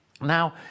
Now